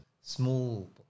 small